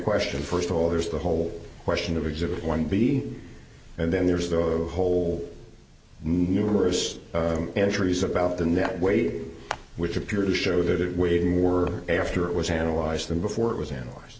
question first of all there's the whole question of exhibit one b and then there's the whole numerous entries about them that way which appear to show that it weighed more after it was analyzed than before it was analyze